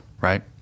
right